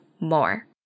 more